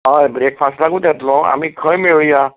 हय ब्रेकफास्टाकूत येतलो आमी खंय मेळुया